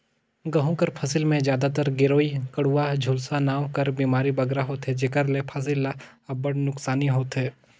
गहूँ कर फसिल में जादातर गेरूई, कंडुवा, झुलसा नांव कर बेमारी बगरा होथे जेकर ले फसिल ल अब्बड़ नोसकानी होथे